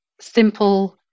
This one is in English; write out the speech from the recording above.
simple